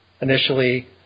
initially